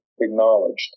acknowledged